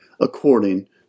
according